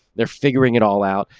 they're figuring it all out.